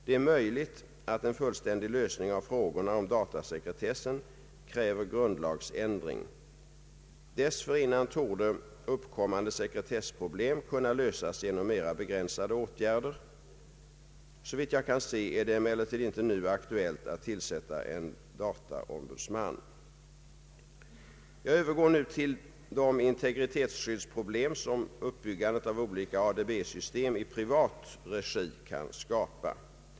Det är möjligt att en fullständig lösning av frågorna om datasekretessen kräver grundlagsändring. Dessförinnan torde uppkommande sekretessproblem kunna lösas genom mera begränsade åtgärder. Såvitt jag kan se är det emellertid inte nu aktuellt att tillsätta en ”dataombudsman”. Jag övergår nu till de integritetsskyddsproblem som uppbyggandet av olika ADB-system i privat regi kan skapa.